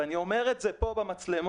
ואני אומר את זה פה מול המצלמות,